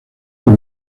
por